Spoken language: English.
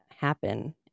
happen